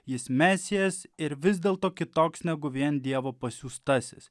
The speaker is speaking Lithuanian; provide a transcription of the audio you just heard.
jis mesijas ir vis dėlto kitoks negu vien dievo pasiųstasis